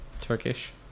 Turkish